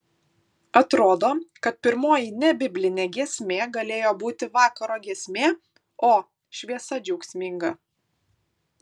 atrodo kad pirmoji nebiblinė giesmė galėjo būti vakaro giesmė o šviesa džiaugsminga